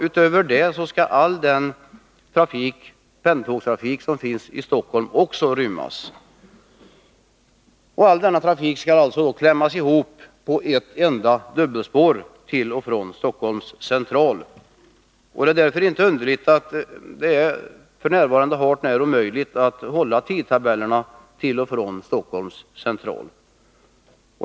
Utöver detta skall all den pendeltågstrafik som går söderut från Stockholm också rymmas. All denna trafik skall alltså klämmas ihop på ett enda dubbelspår till och från Stockholms central. Det är därför inte underligt att det f. n. är hart när omöjligt att hålla tidtabellerna till och från Stockholms central.